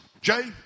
Jay